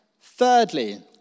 thirdly